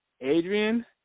Adrian